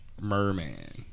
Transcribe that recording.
Merman